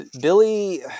Billy